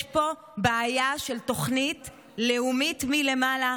יש פה בעיה של תוכנית לאומית מלמעלה